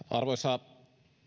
arvoisa